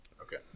Okay